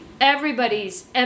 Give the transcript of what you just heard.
everybody's